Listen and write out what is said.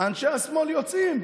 אנשי השמאל יוצאים.